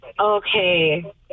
Okay